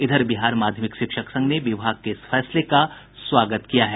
इधर बिहार माध्यमिक शिक्षक संघ ने विभाग के इस फैसले का स्वागत किया है